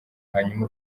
hanyuma